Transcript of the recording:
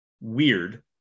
weird